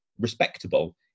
respectable